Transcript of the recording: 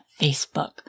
Facebook